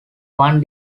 one